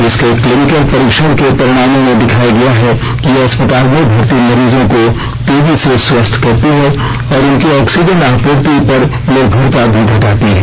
इसके क्लीनिकल परीक्षण के परिणामों में दिखाया गया है कि यह अस्पताल में भर्ती मरीजों को तेजी से स्वस्थ करती है और उनकी ऑक्सीजन आपूर्ति पर निर्भरता भी घटाती है